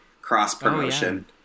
cross-promotion